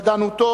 ידענותו,